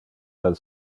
del